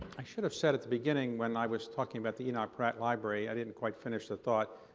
i should've said at the beginning when i was talking about the enoch pratt library, i didn't quite finish the thought.